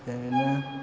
ओरैनो